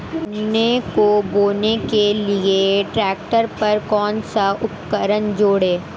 गन्ने को बोने के लिये ट्रैक्टर पर कौन सा उपकरण जोड़ें?